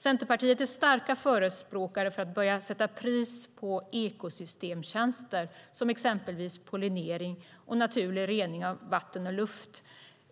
Centerpartiet är starka förespråkare av att börja sätta pris på ekosystemstjänster som pollinering och naturlig rening av vatten och luft.